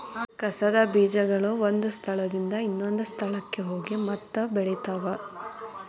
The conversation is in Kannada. ಕಸದ ಬೇಜಗಳು ಒಂದ ಸ್ಥಳದಿಂದ ಇನ್ನೊಂದ ಸ್ಥಳಕ್ಕ ಹೋಗಿ ಮತ್ತ ಬೆಳಿತಾವ